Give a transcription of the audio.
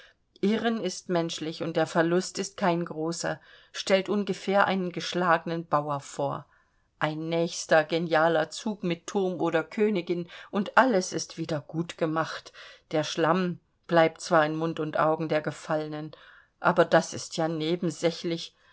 irren ist menschlich und der verlust ist kein großer stellt ungefähr einen geschlagenen bauer vor ein nächster genialer zug mit turm oder königin und alles ist wieder gut gemacht der schlamm bleibt zwar in mund und augen der gefallenen aber das ist ja nebensächlich